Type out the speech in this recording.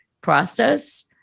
process